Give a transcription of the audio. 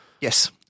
yes